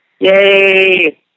Yay